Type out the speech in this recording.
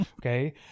Okay